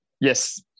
Yes